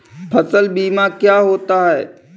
फसल बीमा क्या होता है?